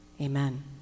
amen